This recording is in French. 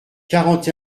quarante